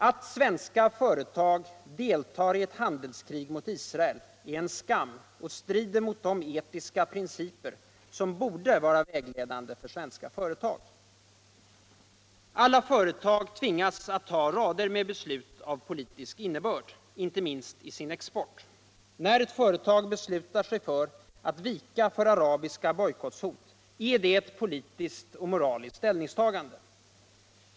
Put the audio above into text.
Au svenska företag deltar i ctt handelskrig mot Israel är en skam och strider mot de etiska principer som borde vara viägledande för svenska företag. Alla företag tvingas att ta rader med beslut av politisk innebörd — Om regeringens inställning till ekonomisk bojkott mot Israel in o inte minst I sin export. När ett företag beslutar sig för att vika för arabiska bojkotthot är det ett politiskt och moraliskt ställningstagande.